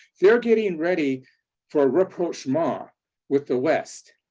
they're getting and ready for a rapprochement with the west.